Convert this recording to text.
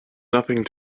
nothing